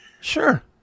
sure